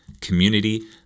community